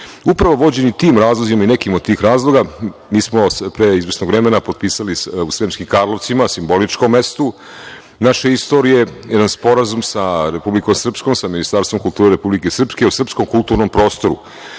svet. Upravo vođeni tim razlozima i nekim od tih razloga, mi smo pre izvesnog vremena potpisali u Srpskim Karlovcima, simboličkom mestu naše istorije, jedan Sporazum sa Republikom Srpskom, sa Ministarstvom kulture Republike Srpske o srpsko-kulturnom prostoru. Bilo